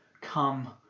come